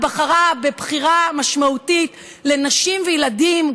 בחרה בבחירה משמעותית לנשים וילדים,